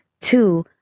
two